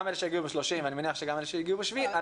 גם אלה שהגיעו ב-30 ואני מניח שגם אלה שהגיעו ב-7.